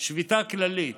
"שביתה כללית